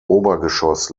obergeschoss